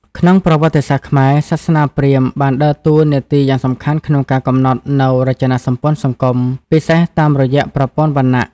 ក្នុងប្រវត្តិសាស្ត្រខ្មែរ សាសនាព្រាហ្មណ៍បានដើរតួនាទីយ៉ាងសំខាន់ក្នុងការកំណត់នូវរចនាសម្ព័ន្ធសង្គម ពិសេសតាមរយៈប្រព័ន្ធវណ្ណៈ។